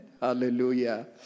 Hallelujah